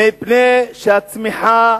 מפני שהצמיחה